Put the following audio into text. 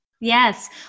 Yes